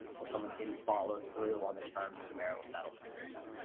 or someone didn't follow through on the terms of the marital settlement agreement.